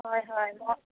হয় হয় মই